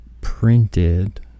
Printed